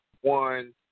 one